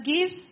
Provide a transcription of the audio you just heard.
gives